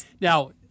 Now